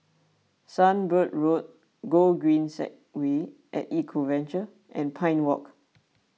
Sunbird Road Gogreen Segway at Eco Adventure and Pine Walk